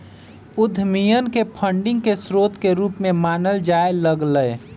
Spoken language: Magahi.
उद्यमियन के फंडिंग के स्रोत के रूप में मानल जाय लग लय